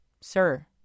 Sir